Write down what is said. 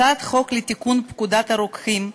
הצעת חוק לתיקון פקודת הרוקחים (מס'